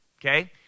okay